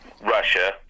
Russia